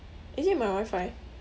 is it my wifi